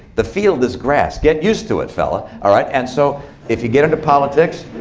the field is grass. get used to it, fella. all right? and so if you get into politics,